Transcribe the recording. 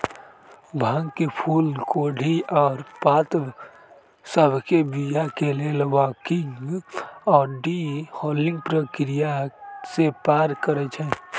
भांग के फूल कोढ़ी आऽ पात सभके बीया के लेल बंकिंग आऽ डी हलिंग प्रक्रिया से पार करइ छै